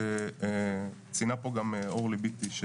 ציינה פה אורלי ביטי,